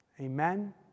Amen